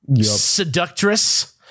seductress